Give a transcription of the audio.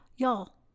Y'all